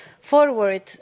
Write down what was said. forward